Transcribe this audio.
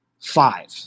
five